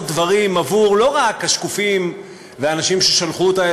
דברים לא רק עבור השקופים והאנשים ששלחו אותך,